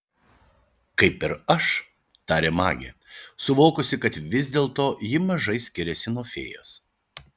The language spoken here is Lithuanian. kaip ir aš tarė magė suvokusi kad vis dėlto ji mažai skiriasi nuo fėjos